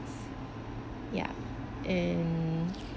ya and